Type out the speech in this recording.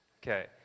Okay